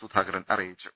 സുധാകരൻ അറി യിച്ചു